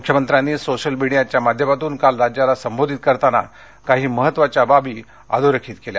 मुख्यमंत्र्यांनी सोशल मीडियाच्या माध्यमातून काल राज्याला संबोधित करताना काही महत्त्वाच्या बाबी अधोरेखित केल्या